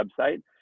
website